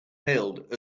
hailed